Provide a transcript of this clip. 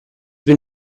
been